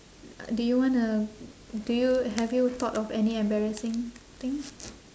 do you wanna do you have you thought of any embarrassing thing